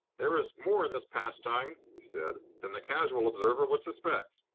there is more in this pastime, he said, than the casual observer would suspect.